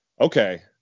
okay